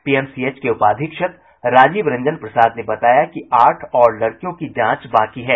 PMCH के उपाधीक्षक राजीव रंजन प्रसाद ने बताया कि आठ और लड़कियों का जांच बाकी है